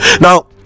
Now